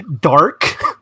dark